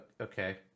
okay